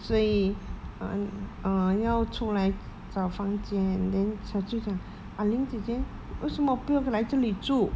所以 uh uh 要出来找房间 then 小舅讲 ah ling 姐姐为什么不要来这里住